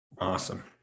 Awesome